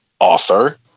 author